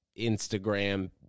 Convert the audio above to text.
Instagram